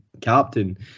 captain